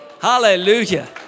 Hallelujah